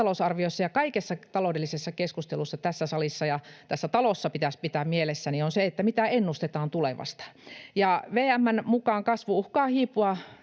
lisätalousarviossa ja kaikessa taloudellisessa keskustelussa tässä salissa ja tässä talossa pitäisi pitää mielessä, on se, mitä ennustetaan tulevasta. Ja VM:n mukaan kasvu uhkaa hiipua.